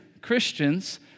Christians